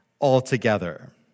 altogether